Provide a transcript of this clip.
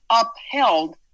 upheld